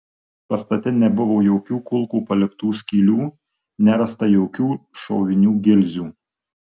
pastate nebuvo jokių kulkų paliktų skylių nerasta jokių šovinių gilzių